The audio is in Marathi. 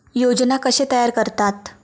योजना कशे तयार करतात?